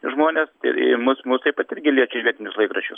žmonės ir mus mus taip pat irgi liečia vietinius laikraščius